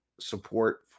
support